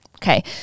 Okay